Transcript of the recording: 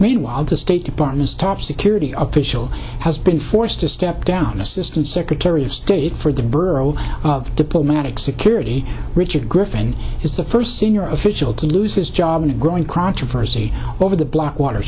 meanwhile the state department's top security official has been forced to step down assistant secretary of state for the borough of diplomatic security richard griffin is the first senior official to lose his job and a growing crowd to first see over the blackwater